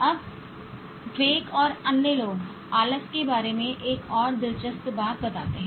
अब ड्वेक और अन्य लोग आलस के बारे में एक और दिलचस्प बात बताते हैं